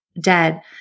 dead